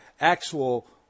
actual